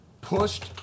pushed